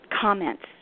comments